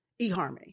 eHarmony